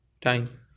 time